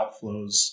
outflows